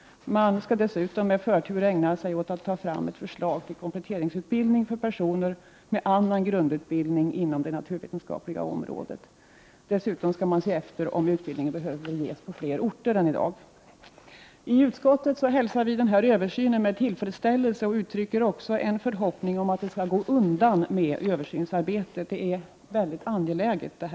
Man skall dessutom med förtur ägna sig åt att ta fram ett förslag till kompletteringsutbildning inom det naturvetenskapliga området för personer med annan grundutbildning. Man skall också se efter om utbildningen behöver ges på fler orter än i dag. Vi i utskottet hälsar den här översynen med tillfredsställelse, och vi uttrycker också en förhoppning om att det skall gå undan med översynsarbetet. Detta är ett mycket angeläget område.